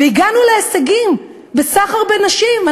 הגענו להישגים בנושא הסחר בנשים,